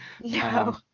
No